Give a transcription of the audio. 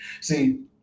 See